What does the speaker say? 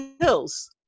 Hills